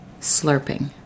slurping